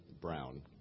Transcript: brown